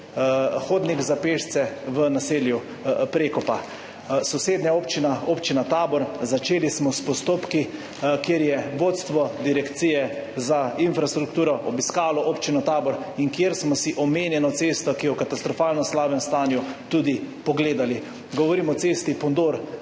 hodnik za pešce v naselju Prekopa. Sosednja občina, občina Tabor, začeli smo s postopki, kjer je vodstvo Direkcije za infrastrukturo obiskalo občino Tabor in kjer smo si omenjeno cesto, ki je v katastrofalno slabem stanju, tudi pogledali. Govorim o cesti Pondor–Tabor,